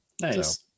Nice